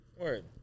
Word